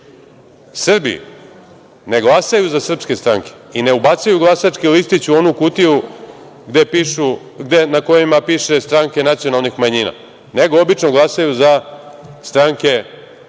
Srbi ne glasaju za srpske stranke i ne ubacuju glasački listić u onu kutiju na kojima piše stranke nacionalnih manjina, nego obično glasaju za stranke